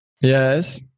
Yes